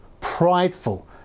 prideful